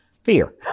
fear